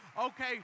okay